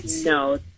no